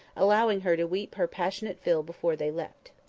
allowing her to weep her passionate fill before they left.